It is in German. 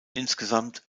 insgesamt